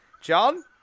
John